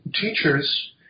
teachers